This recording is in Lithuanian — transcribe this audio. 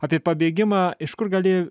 apie pabėgimą iš kur gali